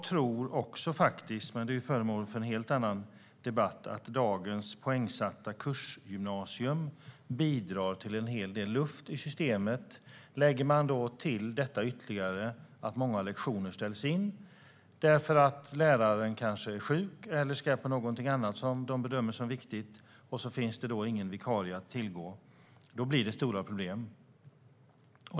Även om det är föremål för en helt annan debatt tror jag också att dagens poängsatta kursgymnasium bidrar till en hel del luft i systemet. Lägger vi då till att många lektioner ställs in för att det inte finns någon vikarie att tillgå när läraren kanske är sjuk eller ska på någonting annat som bedöms som viktigt blir det stora problem.